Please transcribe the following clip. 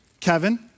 Kevin